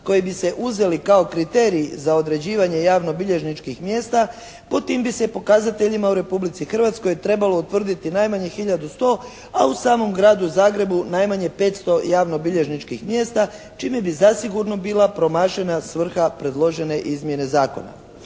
koji bi se uzeli kao kriterij za određivanje javnobilježničkih mjesta po tim bi se pokazateljima u Republici Hrvatskoj trebalo utvrditi najmanje 1100 a u samom gradu Zagrebu najmanje 500 javnobilježničkih mjesta čime bi zasigurno bila promašena svrha predložene izmjene zakona.